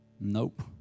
Nope